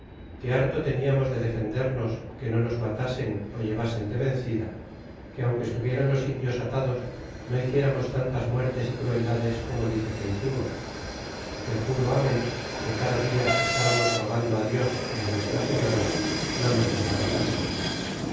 que harto teniamos de defendernos que no nos matasen o llevasen de vencida que aunque estuvieran los indios atados no hicieramos tantas muertes y crueldades como dice que hicimos que juro amen que cada dia estábamos rogando dios y á nuestra señora no nos desbaratasen